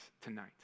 tonight